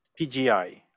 PGI